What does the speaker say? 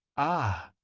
ah!